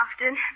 often